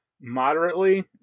Moderately